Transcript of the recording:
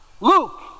Luke